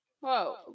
Whoa